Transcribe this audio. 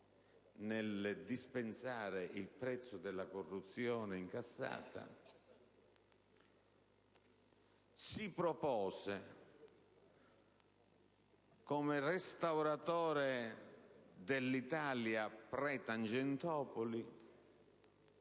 nel dispensare il prezzo della corruzione incassata, si propose come restauratore dell'Italia pre‑Tangentopoli